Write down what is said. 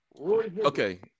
Okay